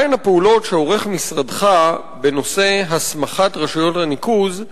מהן הפעולות שעורך משרדך בנושא הסמכת רשויות הניקוז,